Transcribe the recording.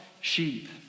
sheep